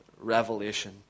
revelation